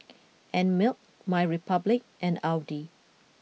Einmilk MyRepublic and Audi